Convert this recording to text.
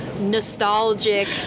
nostalgic